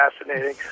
fascinating